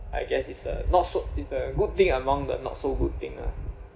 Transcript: I guess it's the not so it's a good thing among the not so good thing lah